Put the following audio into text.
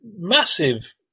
massive